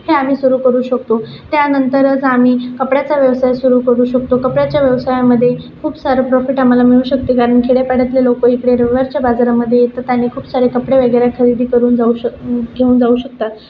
हे आम्ही सुरू करू शकतो त्यानंतरच आम्ही कपड्याचा व्यवसाय सुरू करू शकतो कपड्याच्या व्यवसायामध्ये खूप सारं प्रॉफिट आम्हाला मिळू शकतं कारण खेड्या पाड्यातले लोकं इकडे रविवारच्या बाजारामध्ये येतात आनि खूप सारे कपडे वगैरे खरेदी करून जाऊ श घेऊन जाऊ शकतात